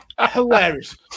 hilarious